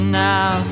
now